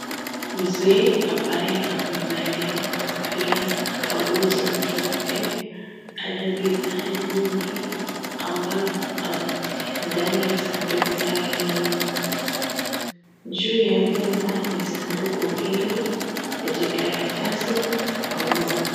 Mzee ambaye amevalia kofia na kabuti nyeupe ana bidhaa nyingi ambazo ametia ndani ya sanduku lake ndogo. Juu ya meza ni sanduku hili, vijikaratasi na maua.